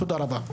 תודה רבה.